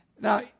Now